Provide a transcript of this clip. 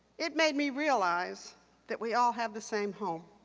it made me realize that we all have the same home.